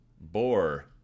boar